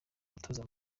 umutoza